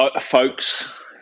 Folks